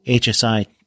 HSI